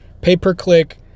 pay-per-click